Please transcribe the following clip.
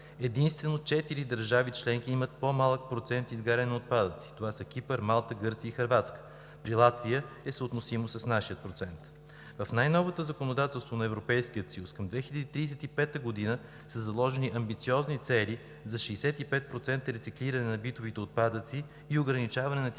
Единствено четири държави членки имат по-малък процент изгаряне на отпадъци – Кипър, Малта, Гърция и Хърватия. При Латвия е съотносимо с нашия процент. В най-новото законодателство на Европейския съюз към 2035 г. са заложени амбициозни цели за 65% рециклиране на битови отпадъци и ограничаване на